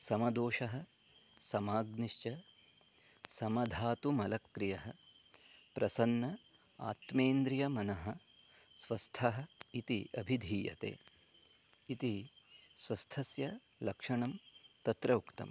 समदोषः समाग्निश्च समधातुमलक्रियः प्रसन्नः आत्मेन्द्रियमनः स्वस्थः इति अभिधीयते इति स्वस्थस्य लक्षणं तत्र उक्तं